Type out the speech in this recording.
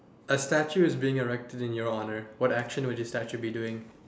a statue is being erected in your honour what action should the statue be doing